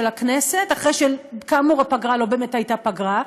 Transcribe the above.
הכנסת אחרי שכאמור הפגרה לא באמת הייתה פגרה,